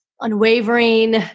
unwavering